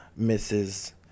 Mrs